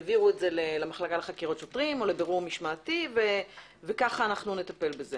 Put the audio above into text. העבירו את זה למח"ש או לבירור משמעתי וכך נטפל בזה.